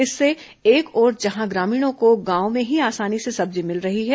इससे एक ओर जहां ग्रामीणों को गांव में ही आसानी से सब्जी मिल रही है